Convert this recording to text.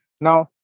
Now